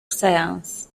science